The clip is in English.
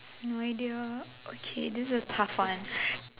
no idea okay this is a tough one